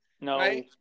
No